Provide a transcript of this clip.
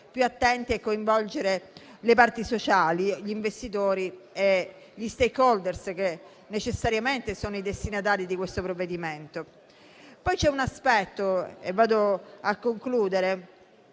più attenti e coinvolgere le parti sociali, gli investitori e gli *stakeholder* che necessariamente sono i destinatari di questo provvedimento. Andando a concludere,